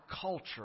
culture